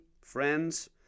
friends